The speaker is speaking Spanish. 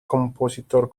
compositor